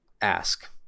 ask